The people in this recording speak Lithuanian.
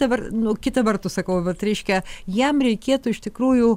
dabar nu kita vertus sakau vat reiškia jam reikėtų iš tikrųjų